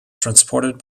transported